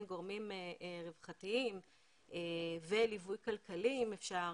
גורמים רווחתיים וליווי כלכלי אם אפשר,